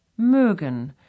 mögen